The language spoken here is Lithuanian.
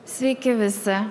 sveiki visi